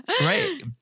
right